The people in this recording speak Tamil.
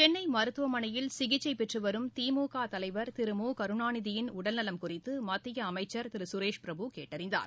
சென்னை மருத்துவமனையில் சிகிச்சை பெற்றுவரும் திமுக தலைவா் திரு மு கருணாநிதியின் உடல்நலம் குறித்து மத்திய அமைச்சர் திரு சுரேஷ் பிரபு கேட்டறிந்தார்